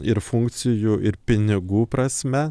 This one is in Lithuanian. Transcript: ir funkcijų ir pinigų prasme